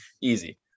easy